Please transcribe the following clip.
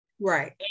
right